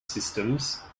systems